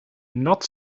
not